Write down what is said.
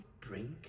drink